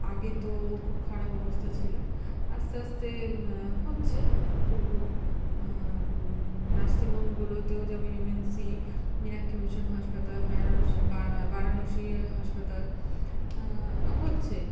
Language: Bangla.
আগে তো খুব খারাপ অবস্থা ছিল আস্তে আস্তে হচ্ছে তবুও নার্সিংহোমগুলোতেও যেমন এমএনসি মীনাক্ষী মিশন হাসপাতাল বেনারসি বারাণসী হাসপাতাল হচ্ছে